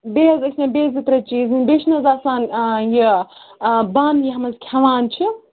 بیٚیہِ حظ ٲسۍ نہٕ بیٚیہِ زٕ ترٛےٚ چیٖز یِنۍ بیٚیہِ چھِنہٕ حظ آسان یہِ بَن یَتھ منٛز کھٮ۪وان چھِ